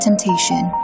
temptation